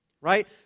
Right